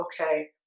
Okay